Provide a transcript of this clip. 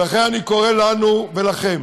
ולכן, אני קורא לנו ולכם